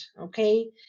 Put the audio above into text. okay